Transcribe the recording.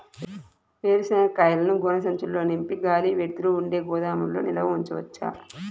వేరుశనగ కాయలను గోనె సంచుల్లో నింపి గాలి, వెలుతురు ఉండే గోదాముల్లో నిల్వ ఉంచవచ్చా?